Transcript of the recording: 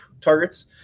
targets